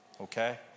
okay